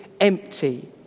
empty